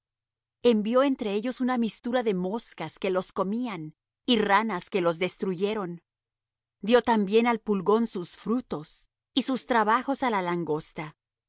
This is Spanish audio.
envió entre ellos una mistura de moscas que los comían y ranas que los destruyeron dió también al pulgón sus frutos y sus trabajos á la langosta